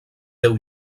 deu